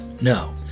No